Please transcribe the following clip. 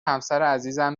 همسرعزیزم